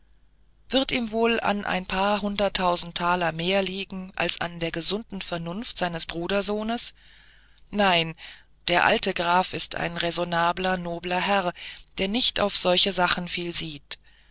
grafen wird ihm wohl an ein paar hunderttausend taler mehr liegen als an der gesunden vernunft seines brudersohnes nein der alte graf ist ein räsonabler nobler herr der nicht auf solche sachen viel sieht